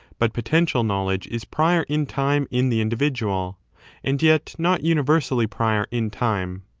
but potential knowledge is prior in time in the individual and yet not universally prior in time.